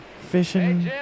fishing